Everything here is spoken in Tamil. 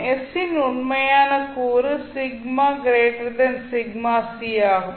S இன் உண்மையான கூறு ஆகும்